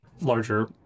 larger